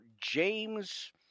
James